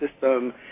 system